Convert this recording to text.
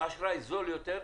אשראי זול יותר,